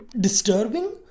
disturbing